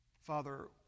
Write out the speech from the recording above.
father